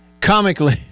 comically